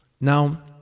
now